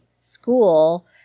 school